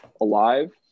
alive